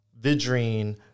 Vidrine –